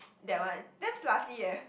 that one damn slutty eh